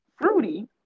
fruity